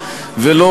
וכאן,